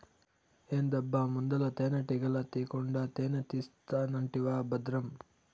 ఏందబ్బా ముందల తేనెటీగల తీకుండా తేనే తీస్తానంటివా బద్రం